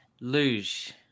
Luge